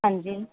ਹਾਂਜੀ